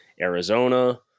Arizona